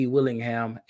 Willingham